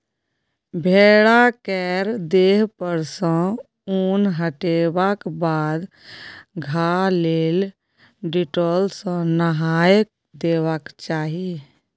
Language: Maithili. भेड़ा केर देह पर सँ उन हटेबाक बाद घाह लेल डिटोल सँ नहाए देबाक चाही